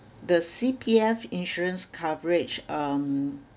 the C_P_F insurance coverage um